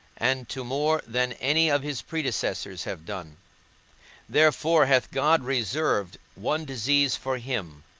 and to more than any of his predecessors have done therefore hath god reserved one disease for him,